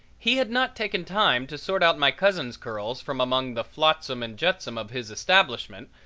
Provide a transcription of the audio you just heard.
he had not taken time to sort out my cousin's curls from among the flotsam and jetsam of his establishment,